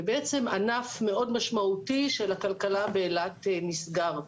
וענף מאוד משמעותי של הכלכלה באילת נסגר.